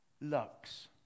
lux